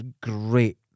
great